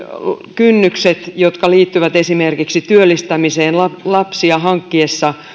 kynnykset jotka liittyvät esimerkiksi työllistämiseen lapsia hankkiessa